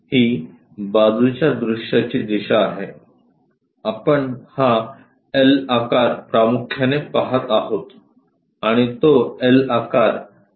ही बाजूच्या दृश्याची दिशा आहे आपण हा एल आकार प्रामुख्याने पाहत आहोत आणि तो एल आकार असा आहे